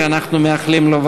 שאנחנו מאחלים לו,